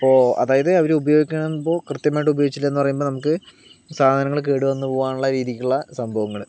അപ്പോൾ അതായത് അവര് ഉപയോഗിക്കുമ്പോൾ കൃത്യമായിട്ട് ഉപയോഗിച്ചില്ലന്ന് പറയുമ്പോൾ നമുക്ക് സാധനങ്ങള് കേടു വന്ന് പോകാനുള്ള രീതിയ്ക്കുള്ള സംഭവങ്ങള്